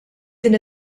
din